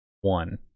one